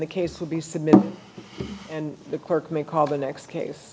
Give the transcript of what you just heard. the case will be said the clerk may call the next case